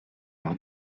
par